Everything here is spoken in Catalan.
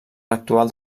l’actual